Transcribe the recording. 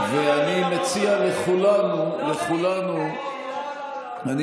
ואני מציע לכולנו, לכולנו, לא במילים כאלה.